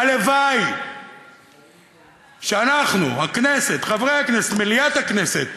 הלוואי שאנחנו, הכנסת, חברי הכנסת, מליאת הכנסת,